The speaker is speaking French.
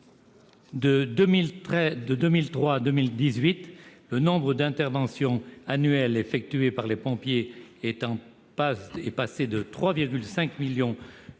De 2003 à 2018, le nombre d'interventions annuelles effectuées par les pompiers est passé de 3,5 millions à 4,6